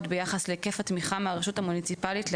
ביחס להיקף התמיכה מהרשות המוניציפלית,